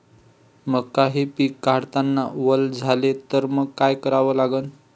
मका हे पिक काढतांना वल झाले तर मंग काय करावं लागन?